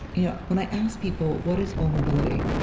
you know, when i ask people what is vulnerability,